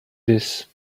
this